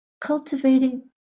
cultivating